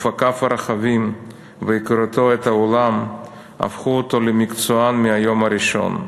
אופקיו הרחבים והיכרותו את העולם הפכו אותו למקצוען מהיום הראשון.